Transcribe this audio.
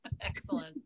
Excellent